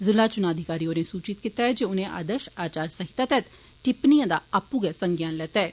जिला चुना अधिकारी नै सूचित कीता जे उनें आदर्ष आचार संहिता तैह्त टिप्पणिएं दा आपूं गै सज्ञान लैता ऐ